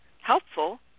helpful